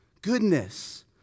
goodness